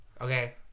Okay